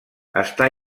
està